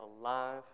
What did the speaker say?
alive